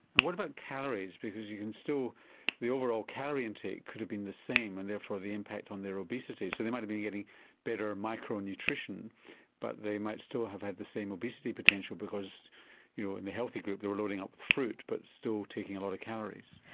what about calories because you can still the overall calorie intake could have been the same and therefore the impact on their obesity, so they might have been getting better micro-nutrition but they might still have had the same obesity potential because in the healthy group they were loading up fruit but still taking a lot of calories.